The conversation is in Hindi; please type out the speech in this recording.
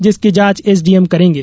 जिसकी जांच एसडीएम करेंगें